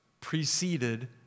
preceded